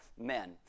men